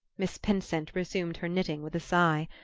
miss pinsent resumed her knitting with a sigh.